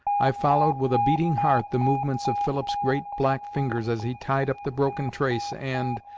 i followed with a beating heart the movements of philip's great black fingers as he tied up the broken trace and,